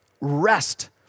Rest